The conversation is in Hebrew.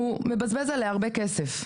שהוא מבזבז עליה הרבה כסף.